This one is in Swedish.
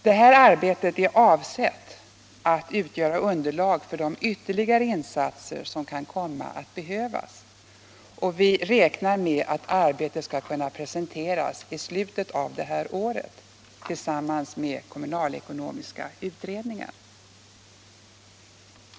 Detta arbete är avsett att utgöra underlag för de ytterligare insatser som kan komma att behövas, och vi räknar med att arbetet skall kunna presenteras i slutet av innevarande år tillsammans med kommunalekonomiska utredningen.